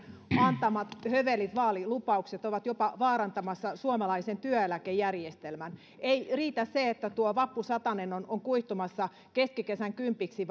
antamanne hövelit vaalilupaukset ovat jopa vaarantamassa suomalaisen työeläkejärjestelmän ei riitä se että tuo vappusatanen on on kuihtumassa keskikesän kympiksi